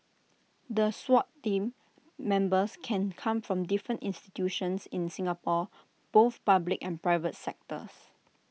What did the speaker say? the Swat Team Members can come from different institutions in Singapore both public and private sectors